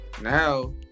Now